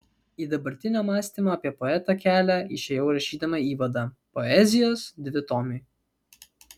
į dabartinio mąstymo apie poetą kelią išėjau rašydama įvadą poezijos dvitomiui